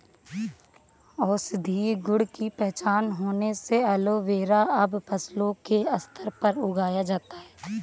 औषधीय गुण की पहचान होने से एलोवेरा अब फसलों के स्तर पर उगाया जाता है